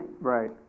Right